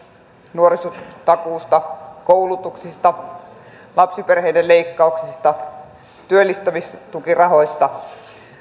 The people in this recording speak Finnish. nuorisotakuusta koulutuksista lapsiperheiden leikkauksista työllistämistukirahoista